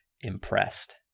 impressed